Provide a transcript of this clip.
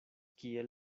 kiel